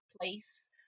place